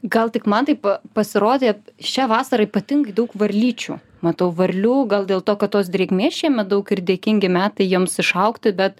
gal tik man taip pasirodė šią vasarą ypatingai daug varlyčių matau varlių gal dėl to kad tos drėgmės šiemet daug ir dėkingi metai jiems išaugti bet